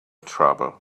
trouble